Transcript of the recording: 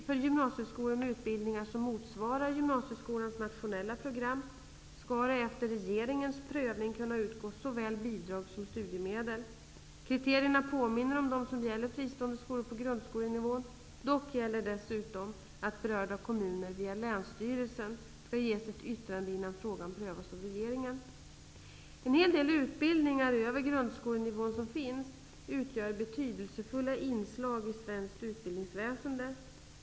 För gymnasieskolor med utbildningar som motsvarar gymnasieskolans nationella program skall det efter regeringens prövning kunna utgå såväl bidrag som studiemedel. Kriterierna påminner om dem som gäller fristående skolor på grundskolenivån -- dock gäller dessutom att berörda kommuner via länsstyrelsen skall ge sitt yttrande innan frågan prövas av regeringen. En hel del utbildningar över grundskolenivån utgör betydelsefulla inslag i det svenska utbildningsväsendet.